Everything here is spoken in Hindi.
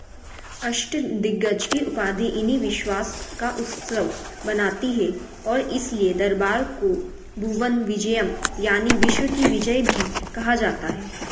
अष्टदिग्गज की उपाधि इन्हें विश्वास का उत्सव मनाती है और इसलिए दरबार को भुवन विजयम यानि विश्व की विजय भी कहा जाता है